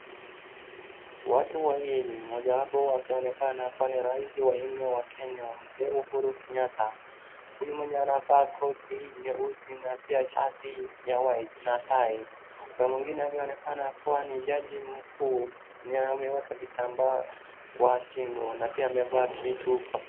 Watu wawili mmoja wapo akionekana kuwa ni rais wa nne wa Kenya mzee Uhuru Kenyatta, huyu mwenye anavaa koti nyeusi na pia shati ya white na tai , na mwingine akionekana kuwa ni jaji mkuu na ameweka kitambaa kwa shingo, na pia amevaa kitu kwa...